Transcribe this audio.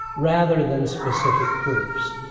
rather than specific proofs.